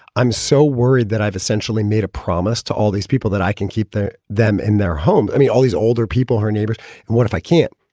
i'm so worried that i've essentially made a promise to all these people that i can keep them in their home. i mean, all these older people, her neighbors and what if i can't?